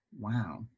Wow